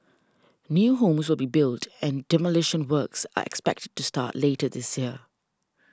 new homes will be built and demolition works are expected to start later this year